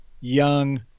young